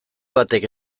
batek